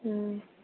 ம்